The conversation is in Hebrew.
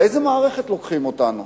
לאיזו מערכת לוקחים אותנו?